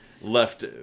left